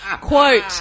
Quote